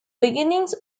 beginnings